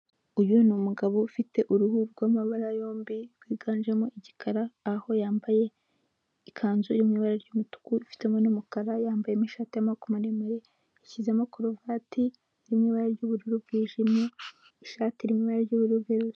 Uyu ni umugabo ufite uruhu rw'amabara yombi rwiganjemo igikara aho yambaye ikanzu iri mu ibara ry'umutuku ifitemo n'umukara, yambaye ishati y'amako maremare yashyizemo karuvati iri mu ibara ry'ubururu bwijimye, ishati iri mu ibara ry'ubururu.